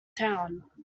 town